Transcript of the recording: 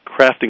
Crafting